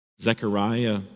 Zechariah